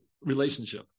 relationship